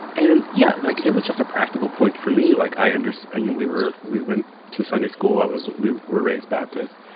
and yeah, like, it was just a practical point for me. like, i and you know, we were we went to sunday school. i was we were raised baptist.